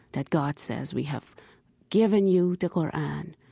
that god says, we have given you the qur'an,